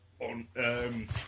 on